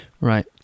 Right